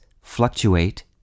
fluctuate